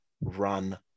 run